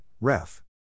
ref